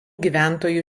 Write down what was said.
gyventojų